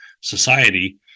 society